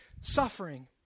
Suffering